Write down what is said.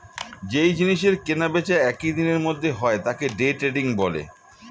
যেই জিনিসের কেনা বেচা একই দিনের মধ্যে হয় তাকে ডে ট্রেডিং বলে